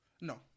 No